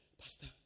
Pastor